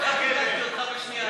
איך הדלקתי אותך בשנייה,